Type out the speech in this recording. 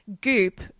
Goop